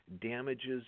damages